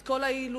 את כל ההילולה